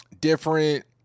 different